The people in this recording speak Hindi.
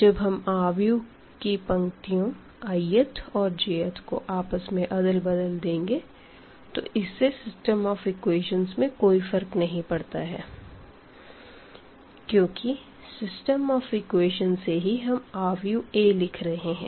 जब हम मैट्रिक्स की रो i th और j th को आपस में अदल बदल देंगे तो इससे सिस्टम ऑफ़ एक्वेशन्स में कोई फर्क नहीं पड़ता है क्योंकि सिस्टम ऑफ़ एक्वेशन्स से ही हम मेट्रिक्स A लिख रहे हैं